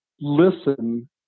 listen